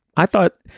i thought,